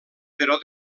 però